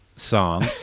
song